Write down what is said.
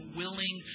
willing